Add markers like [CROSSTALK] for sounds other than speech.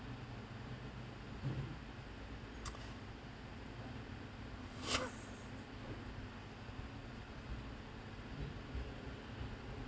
[NOISE] [LAUGHS]